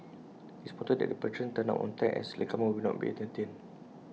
IT is important that patrons turn up on time as latecomers will not be entertained